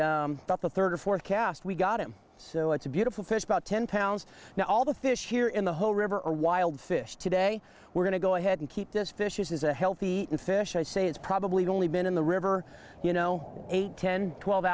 and about the third or fourth cast we got him so it's a beautiful fish about ten pounds now all the fish here in the whole river are wild fish today we're going to go ahead and keep this fish is a healthy fish i say it's probably only been in the river you know eight ten twelve